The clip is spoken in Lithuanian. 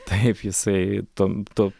taip jisai tam tap